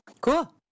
Cool